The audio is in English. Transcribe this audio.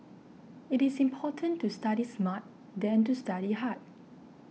it is important to study smart than to study hard